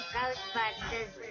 Ghostbusters